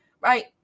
right